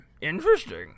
Interesting